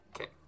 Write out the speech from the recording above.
okay